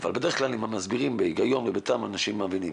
אבל בדרך כלל אם מסבירים בהגיון ובטעם אנשים מבינים.